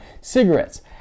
cigarettes